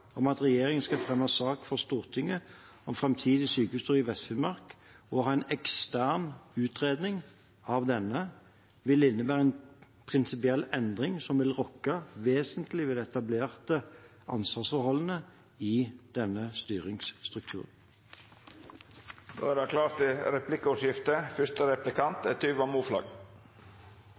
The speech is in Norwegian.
om at regjeringen skal fremme sak for Stortinget om framtidig sykehusstruktur i Vest-Finnmark og ha en ekstern utredning av denne, vil innebære en prinsipiell endring som vil rokke vesentlig ved de etablerte ansvarsforholdene i denne styringsstrukturen. Det blir replikkordskifte. Regjeringspartiene har sammen med Venstre og Kristelig Folkeparti kommet fram til